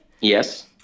Yes